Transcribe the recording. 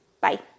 Bye